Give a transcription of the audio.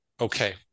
okay